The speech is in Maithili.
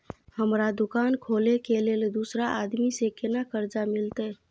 हमरा दुकान खोले के लेल दूसरा आदमी से केना कर्जा मिलते?